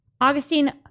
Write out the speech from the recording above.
Augustine